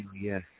Yes